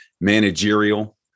managerial